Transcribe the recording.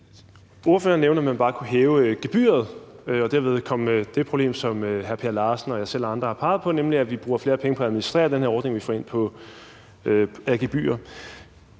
Ordføreren nævner, at man bare kunne hæve gebyret og derved komme over det problem, som hr. Per Larsen, jeg selv og andre har peget på, nemlig at vi bruger flere penge på at administrere den her ordning, end vi får ind af gebyrer.